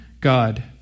God